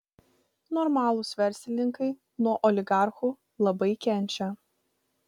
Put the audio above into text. normalūs verslininkai nuo oligarchų labai kenčia